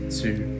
two